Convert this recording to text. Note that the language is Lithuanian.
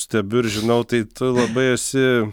stebiu ir žinau tai labai esi